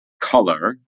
color